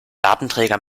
datenträger